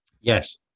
Yes